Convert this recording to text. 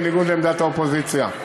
בניגוד לעמדת האופוזיציה,